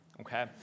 Okay